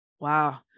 Wow